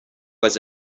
was